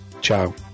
Ciao